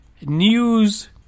news